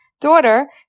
daughter